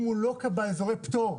אם הוא לא קבע אזורי פטור,